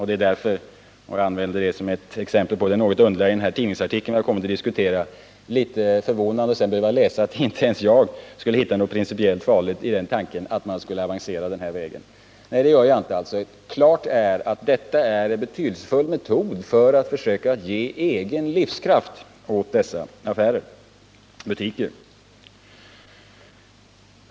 Det är därför — och det belyser det något underliga i den tidningsartikel som vi kommit att diskutera — litet förvånande att sedan behöva läsa att inte ens jag skulle hitta något principiellt farligt i tanken att man skulle avancera just den här vägen. Nej, det gör jag inte. Klart är att detta är en betydelsefull metod för att försöka ge egen livskraft åt dessa butiker.